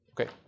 Okay